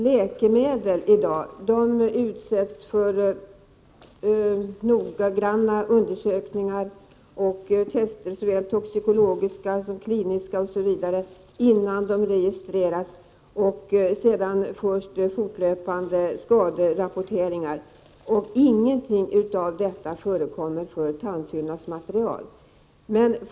Läkemedel utsätts för noggranna undersökningar och tester, såväl toxikologiska som kliniska, innan de registreras, och sedan görs fortlöpande skaderapporteringar, men ingenting av detta förekommer när det gäller tandfyllnadsmaterial. Det är mycket märkligt.